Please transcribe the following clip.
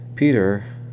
Peter